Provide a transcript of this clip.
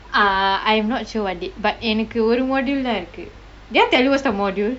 uh I am not sure what date but எனக்கு ஒரு:enakku oru module தான் இருக்கு:thaan irukku did I tell you what's the module